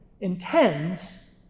intends